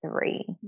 three